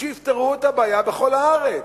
שיפתרו את הבעיה בכל הארץ.